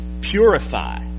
purify